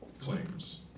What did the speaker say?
claims